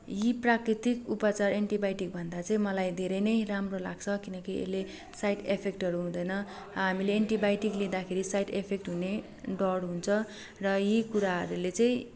यी प्राकृतिक उपाचार एन्टिबायोटिक भन्दा चाहिँ मलाई धेरै नै राम्रो लाग्छ किनकि यसले साइड इफेक्टहरू हुँदैन हामीले एन्टिबायोटिक लिँदाखेरि साइड इफेक्ट हुने डर हुन्छ र यी कुराहरूले चाहिँ